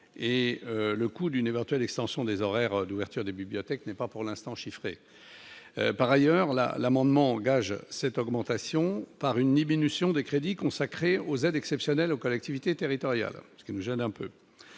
et le coût d'une éventuelle extension des horaires d'ouverture des bibliothèques n'est pas pour l'instant, chiffré par ailleurs la l'amendement cette augmentation par une ni Benusilho des crédits consacrés aux aides exceptionnelles aux collectivités territoriales, ce qui me gêne un peu,